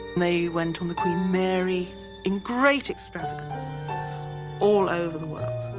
they went on the queen mary in great extravagance all over the world.